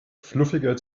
fluffiger